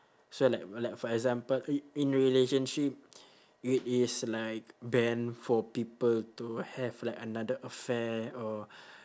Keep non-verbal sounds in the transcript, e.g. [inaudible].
so like like for example i~ in relationship [breath] it is like banned for people to have like another affair or [breath]